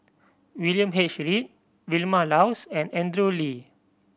William H Read Vilma Laus and Andrew Lee